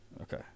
Okay